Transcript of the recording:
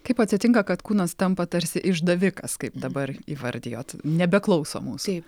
kaip atsitinka kad kūnas tampa tarsi išdavikas kaip dabar įvardijot nebeklauso mūsų